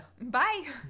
bye